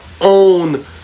own